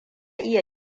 iya